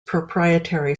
proprietary